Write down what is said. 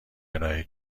ارائه